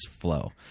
flow